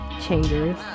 changers